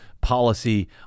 policy